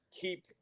keep